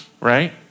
right